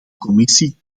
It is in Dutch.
commissie